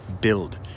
build